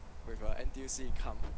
where got N_T_U_C come